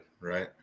right